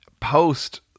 post